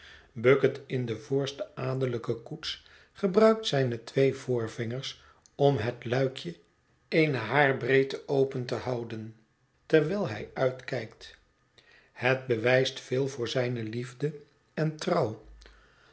bucket in de voorste adellijke koets gebruikt zijne twee voorvingers om het luikje eene haarbreedte open te houden terwijl hij uitkijkt het bewijst veel voor zijne liefde en trouw